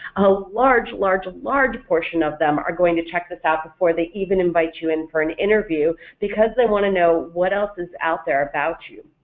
a large large and large portion of them are going to check this out before they even invite you in for an interview because they want to know what else is out there about you.